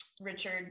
Richard